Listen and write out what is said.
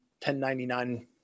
1099